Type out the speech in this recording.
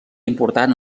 important